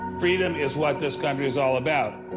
freedom is what this country is all about.